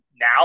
now